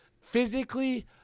physically